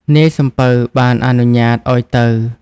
នាយសំពៅបានអនុញ្ញាតឱ្យទៅ។